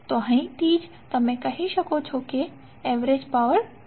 તો અહીંથી જ તમે કહી શકો છો કે એવરેજ પાવર 344